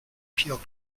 pure